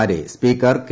മാരെ speaker K